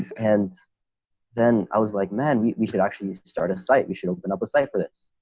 and then i was like, man, we we should actually start a site, we should open up a site for this.